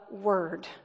word